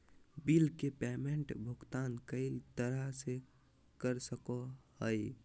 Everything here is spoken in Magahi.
बिल के पेमेंट भुगतान कई तरह से कर सको हइ